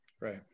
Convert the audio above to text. right